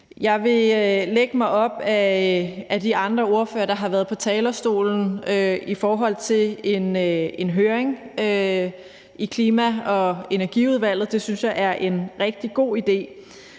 Jeg vil lægge mig op ad de andre ordførere, der har været på talerstolen, i forhold til en høring i Klima-, Energi- og Forsyningsudvalget. Det synes jeg er en rigtig god idé,